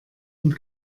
und